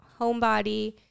homebody